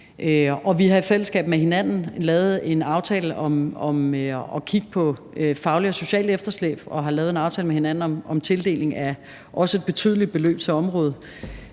Vi har i fællesskab lavet en aftale om at kigge på det faglige og sociale efterslæb, og vi har lavet en aftale med hinanden om tildeling af også betydelige beløb til området.